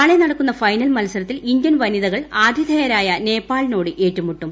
നാളെ നടക്കുന്ന ഫൈനൽ മത്സരത്തിൽ ഇന്തൃൻ വനിതകൾ ആതിഥേയരായ നേപ്പാളിനോട് ഏറ്റുമുട്ടും